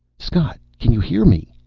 scott! can you hear me?